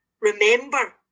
remember